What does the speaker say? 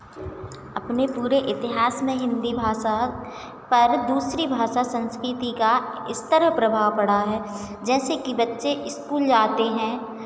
अपने पूरे इतिहास में हिन्दी भाषा पर दूसरी भाषा संस्कृति का इस तरह प्रभाव पड़ा है जैसे कि बच्चे इस्कूल जाते हैं